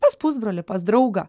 pas pusbrolį pas draugą